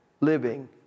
living